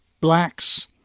Blacks